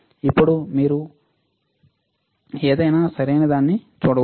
ఇప్పుడు మీరు ఇప్పుడు ఏదైనా సరైనదాన్ని చూడవచ్చు